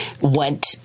went